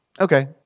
Okay